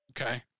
okay